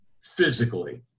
physically